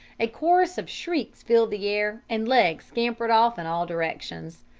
a chorus of shrieks filled the air, and legs scampered off in all directions.